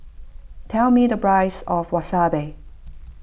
tell me the price of Wasabi